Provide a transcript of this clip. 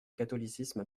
catholicisme